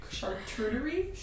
Charcuterie